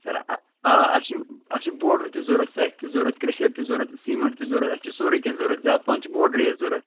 سَر اَ آ اَسہِ چھُ اَسہِ بوٚلڑَر تہِ ضروٗرت سٮ۪کھ تہِ ضروٗرت کرٛیشَر تہِ ضروٗرت سیٖمَٹ تہِ ضروٗرت اَسہِ چھِ سورُے کیٚنٛہہ ضروٗرت زیادٕ پہن چھِ بولڈَرٕے اَسہِ ضروٗرت